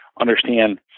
understand